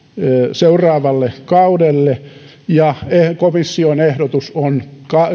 seuraavalle kaudelle ja komission ehdotus on